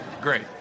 Great